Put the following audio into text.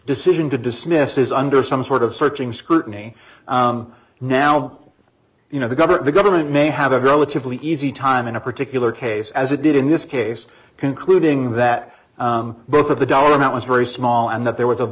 decision to dismiss is under some sort of searching scrutiny now you know the covered the government may have a go it's really easy time in a particular case as it did in this case concluding that both of the dollar amount was very small and that there was a